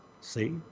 See